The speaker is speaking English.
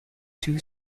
two